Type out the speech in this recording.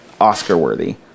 Oscar-worthy